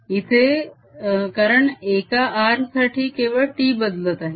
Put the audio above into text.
इथे कारण एका r साठी केवळ t बदलत आहे